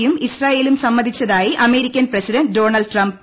യും ഇസ്രായേലും സമ്മതിച്ചതായി അമേരിക്കൻ പ്രസിഡന്റ് ഡൊണാൾഡ് ട്രംപ്